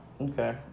Okay